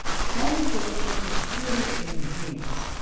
sony's solution is truly ingenious.